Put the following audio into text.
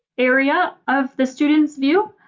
area of the students view.